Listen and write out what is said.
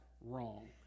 wrong